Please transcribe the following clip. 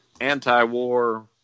anti-war